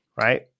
Right